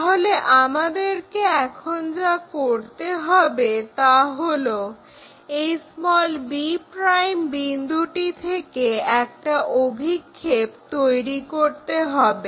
তাহলে আমাদেরকে এখন যা করতে হবে তা হলো এই b' বিন্দুটি থেকে একটা অভিক্ষেপ তৈরি করতে হবে